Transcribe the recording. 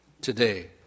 today